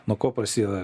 nuo ko prasideda